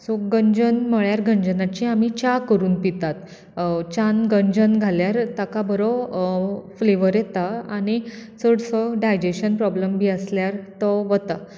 so गंजन म्हणल्यार आमी गंजनाचें च्या करून पितात च्यान गंजन घाल्यार ताका बरो फ्लेवर येता आनी चडसो डायजेशन प्रॉब्लेम बी आसल्यार तो वता